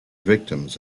victims